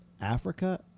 Africa